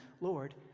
Lord